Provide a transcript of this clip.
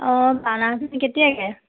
অঁ কেতিয়াকে